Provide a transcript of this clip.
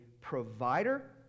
provider